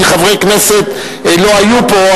כי חברי כנסת לא היו פה,